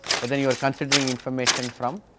but then you are considering information from